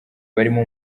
barimo